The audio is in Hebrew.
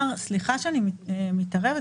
סליחה שאני מתערבת,